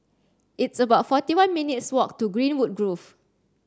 it's about forty one minutes' walk to Greenwood Grove